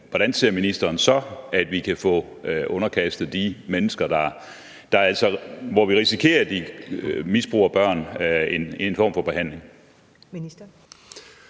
hvordan ser ministeren så, at vi kan få underkastet de mennesker, som vi altså risikerer misbruger børn, en form for behandling?